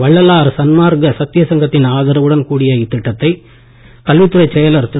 வள்ளலார் சன்மார்க்க சத்திய சங்கத்தின் ஆதரவுடன் கூடிய இத்திட்டத்தை கல்வித்துறைச் செயலர் திரு